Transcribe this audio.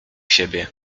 siebie